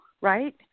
right